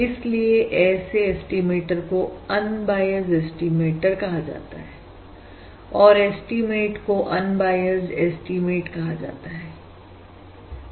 इसलिए ऐसे एस्टीमेटर को अनबायसड एस्टीमेटरकहां जाता है और एस्टीमेट को अनबायसड एस्टीमेट कहा जाता है